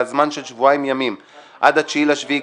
זמן של שבועיים ימים עד ה-9 ליולי,